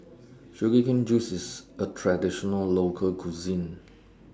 Sugar Cane Juice IS A Traditional Local Cuisine